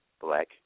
Black